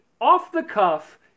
off-the-cuff